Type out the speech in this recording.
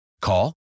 Call